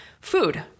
food